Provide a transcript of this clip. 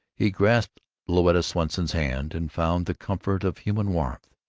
he grasped louetta swanson's hand, and found the comfort of human warmth.